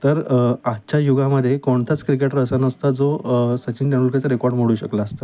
तर आजच्या युगामधे कोणताच क्रिकेटर असं नसता जो सचिन तेंडुलकचा रिकॉड मोडू शकला असता